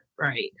right